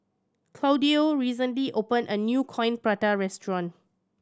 Claudio recently opened a new Coin Prata restaurant